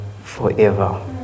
forever